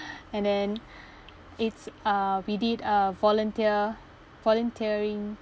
and then it's uh we did a volunteer volunteering